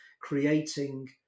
creating